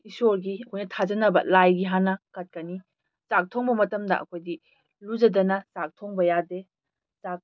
ꯏꯁꯣꯔꯒꯤ ꯑꯩꯈꯣꯏꯅ ꯊꯥꯖꯅꯕ ꯂꯥꯏꯒꯤ ꯍꯥꯟꯅ ꯀꯠꯀꯅꯤ ꯆꯥꯛ ꯊꯣꯡꯕ ꯃꯇꯝꯗ ꯑꯩꯈꯣꯏꯗꯤ ꯂꯨꯖꯗꯅ ꯆꯥꯛ ꯊꯣꯡꯕ ꯌꯥꯗꯦ ꯆꯥꯛ